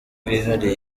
bwihariye